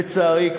לצערי,